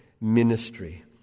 ministry